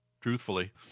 truthfully